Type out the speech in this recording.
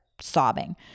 sobbing